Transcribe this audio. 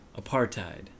apartheid